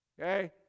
okay